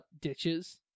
ditches